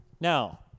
Now